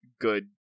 good